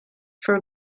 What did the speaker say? for